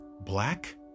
black